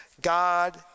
God